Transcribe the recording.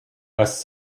less